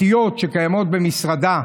ממש בבעיות האמיתיות שקיימות במשרדה,